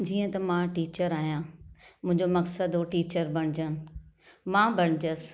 जीअं त मां टीचर आहियां मुंहिंजो मक़सदु हो टीचर बणुजणु मां बणुजियसि